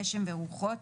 גשם ורוחות,